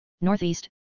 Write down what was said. northeast